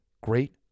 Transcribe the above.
Great